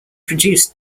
produced